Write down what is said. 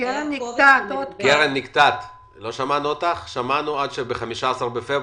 כיוון שהועברו נתונים של כלל העולים שהשתחררו בחמש השנים האחרונות.